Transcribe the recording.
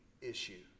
issue